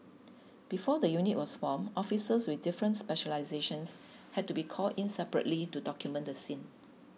before the unit was formed officers with different specialisations had to be called in separately to document the scene